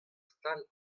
stal